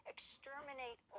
Exterminate